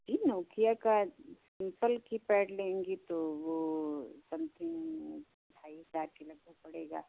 जी Nokia का simple keypad लेंगी तो वह समथिंग ढाई हज़ार की लगभग पड़ेगा